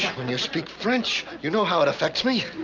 when you speak french, you know how it affects me.